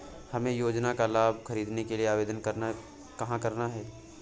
हमें योजना का लाभ ख़रीदने के लिए आवेदन कहाँ करना है?